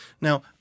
Now